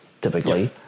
Typically